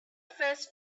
first